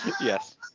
Yes